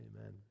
Amen